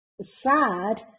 sad